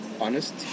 honest